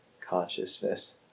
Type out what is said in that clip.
consciousness